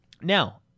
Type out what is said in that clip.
Now